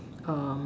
um